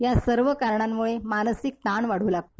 या सर्व कारणांमुळं मानसिक ताण वाढू लागतो